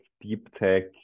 deep-tech